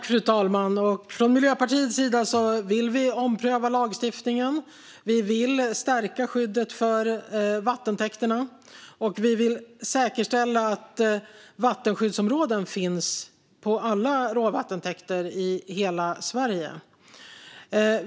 Fru talman! Från Miljöpartiets sida vill vi ompröva lagstiftningen. Vi vill stärka skyddet för vattentäkterna, och vi vill säkerställa att vattenskyddsområden finns i alla råvattentäkter i hela Sverige.